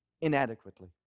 inadequately